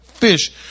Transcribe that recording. Fish